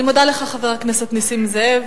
אני מודה לך, חבר הכנסת נסים זאב.